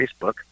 Facebook